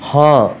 ହଁ